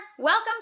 Welcome